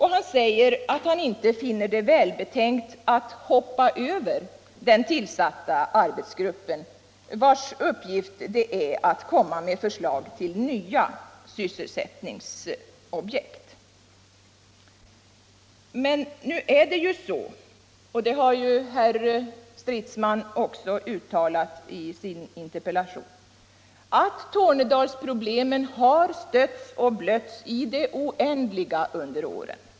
Han säger att han inte finner det välbetänkt att ”hoppa över” den tillsatta arbetsgruppen, vars uppgift det är att lägga fram förslag till nya sysselsättningsobjekt. Men nu är det så — som herr Stridsman också uttalat i sin interpellation — att Tornedalsproblemen har stötts och blötts i det oändliga under åren.